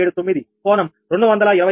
479 కోణం 220